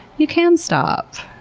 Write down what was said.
you can stop,